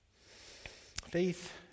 Faith